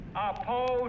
oppose